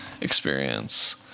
experience